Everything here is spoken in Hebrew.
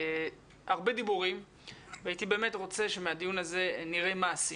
הרבה דיבורים והייתי באמת רוצה שמהדיון הזה נראה מעשים.